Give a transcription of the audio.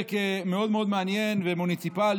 פרק מאוד מאוד מעניין ומוניציפלי.